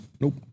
Nope